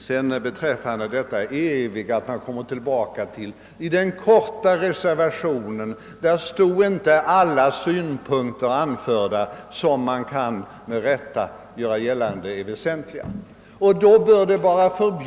Jag vill sedan säga några ord om detta eviga kretsande kring det faktum att inte alla synpunkter, som man med rätta kan göra gällande är väsentliga i sammanhanget, finns anförda i den korta reservationen.